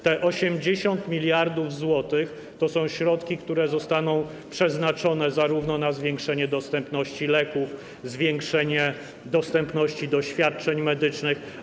Te 80 mld zł to są środki, które zostaną przeznaczone zarówno na zwiększenie dostępności leków, jak i zwiększenie dostępności świadczeń medycznych.